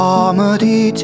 Comedy